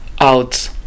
out